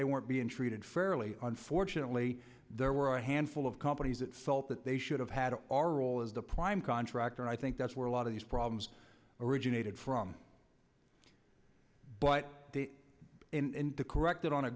they weren't being treated fairly unfortunately there were a handful of companies that felt that they should have had our role as the prime contractor and i think that's where a lot of these problems originated from but in the corrected on a